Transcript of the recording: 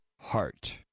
heart